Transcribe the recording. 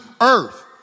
earth